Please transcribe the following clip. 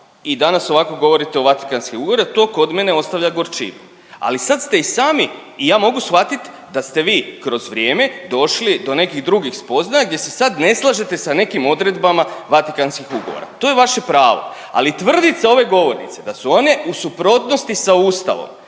i danas ovako govorite o Vatikanskim ugovorima. To kod mene ostavlja gorčinu, ali sad ste i sami i ja mogu shvatiti da ste vi kroz vrijeme došli do nekih drugih spoznaja gdje se sad ne slažete sa nekim odredbama Vatikanskih ugovora. To je vaše pravo, ali tvrditi s ove govornice da su one u suprotnosti sa Ustavnom,